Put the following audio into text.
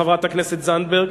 חברת הכנסת זנדברג,